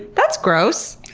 that's gross.